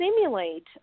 simulate